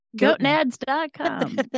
goatnads.com